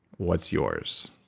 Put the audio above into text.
what's yours?